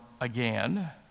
again